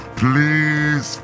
please